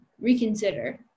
reconsider